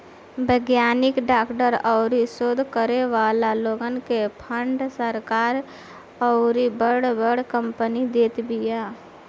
वैज्ञानिक, डॉक्टर अउरी शोध करे वाला लोग के फंड सरकार अउरी बड़ बड़ कंपनी देत बिया